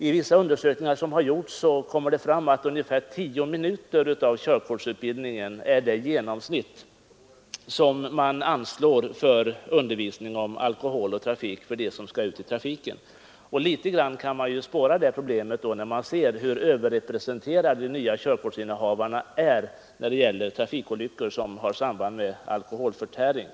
Av vissa undersökningar som gjorts har det framkommit att ungefär 10 minuter av körkortsutbildningen genomsnittligt har anslagits till undervisning om alkohol och trafik för dem som sedan skall ut i trafiken, och då kan man ju spåra det problemet när man ser hur överrepresenterade de nya körkortsinnehavarna är i trafikolyckor som «Nr 133 har sam band med alkoholförtäring.